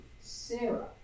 Sarah